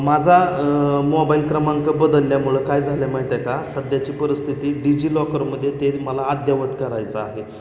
माझा मोबाईल क्रमांक बदलल्यामुळं काय झालं माहीत आहे का सध्याची परिस्थिती डिजिलॉकरमध्ये ते मला अद्ययावत करायचं आहे